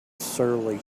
surly